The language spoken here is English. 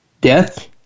death